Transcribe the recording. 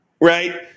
Right